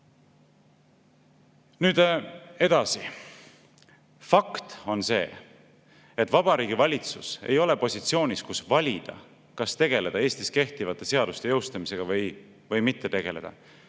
Edasi, fakt on see, et Vabariigi Valitsus ei ole positsioonis, kus valida, kas tegeleda Eestis kehtivate seaduste jõustamisega või mitte tegeleda.